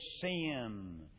sin